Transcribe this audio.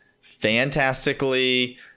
fantastically